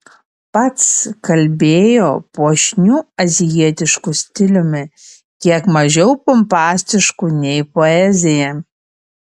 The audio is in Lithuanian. pats kalbėjo puošniu azijietišku stiliumi kiek mažiau pompastišku nei poezija